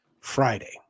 Friday